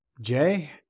Jay